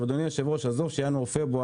אדוני היושב ראש, עזוב את זה שאת ינואר ופברואר